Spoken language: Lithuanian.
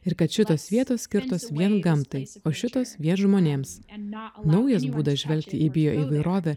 ir kad šitos vietos skirtos vien gamtai o šitos vien žmonėms naujas būdas žvelgti į bioįvairovę